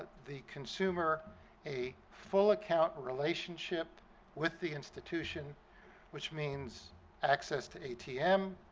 the consumer a full account relationship with the institution which means access to atm,